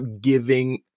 giving